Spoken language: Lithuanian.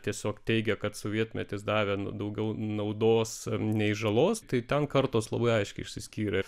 tiesiog teigia kad sovietmetis davė daugiau naudos nei žalos tai ten kartos labai aiškiai išsiskyrė